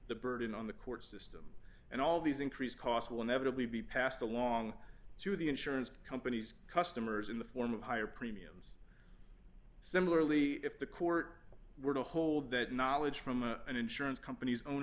the burden on the court system and all these increased costs will inevitably be passed along to the insurance companies customers in the form of higher premiums similarly if the court were to hold that knowledge from a an insurance company's own